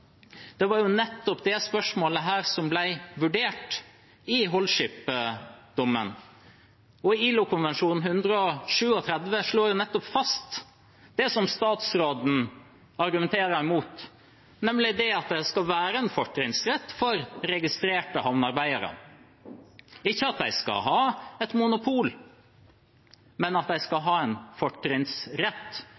Det var jo nettopp dette spørsmålet som ble vurdert i Holship-dommen, og ILO-konvensjon nr. 137 slår fast det som statsråden argumenterer imot, nemlig at det skal være en fortrinnsrett for registrerte havnearbeidere – ikke at de skal ha et monopol, men at de skal